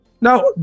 Now